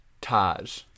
Taj